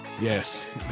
Yes